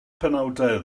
penawdau